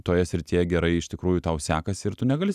toje srityje gerai iš tikrųjų tau sekasi ir tu negali